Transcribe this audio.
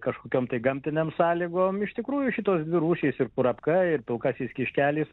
kažkokiom tai gamtinėm sąlygom iš tikrųjų šitos dvi rūšys ir kurapka ir pilkasis kiškelis